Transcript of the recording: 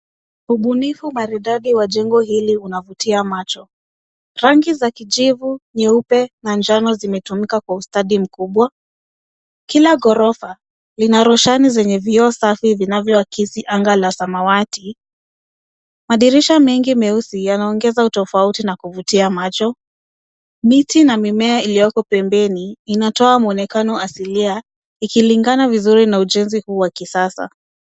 Ubunifu maridadi wa jengo hili unavutia macho, rangi za kijivu, nyeupe na njano zimetumika kwa ustadi mkubwa. Kila ghorofa lina rushani zenye vioo safi vinavyo akisi anga la samawati. Madirisha mengi meusi yanaongeza utofauti na kuvutia macho. Miti na mimmea iliyoko pembeni inatoa mwonekano asilia ikilingana vizuri na ujenzi huu wa kisasa.